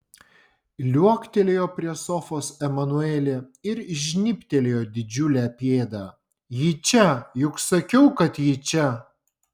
liuoktelėjo prie sofos emanuelė ir žnybtelėjo didžiulę pėdą ji čia juk sakiau kad ji čia